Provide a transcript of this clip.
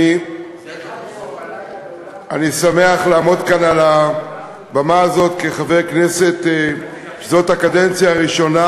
אני שמח לעמוד כאן על הבמה הזאת כחבר כנסת זאת הקדנציה הראשונה,